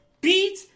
beat